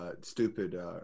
stupid